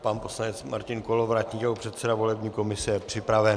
Pan poslanec Martin Kolovratník jako předseda volební komise je připraven.